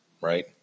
Right